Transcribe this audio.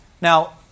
Now